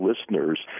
listeners